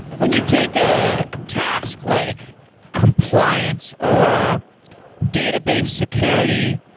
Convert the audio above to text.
when you take a task like compliance or database security,